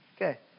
Okay